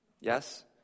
Yes